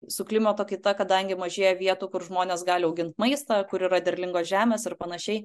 su klimato kaita kadangi mažėja vietų kur žmonės gali augint maistą kur yra derlingos žemės ir panašiai